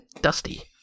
Dusty